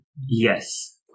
Yes